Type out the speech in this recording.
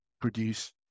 produce –